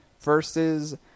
versus